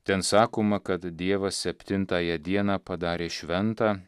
ten sakoma kad dievas septintąją dieną padarė šventą